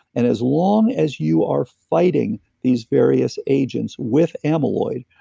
and as long as you are fighting these various agents with amyloid,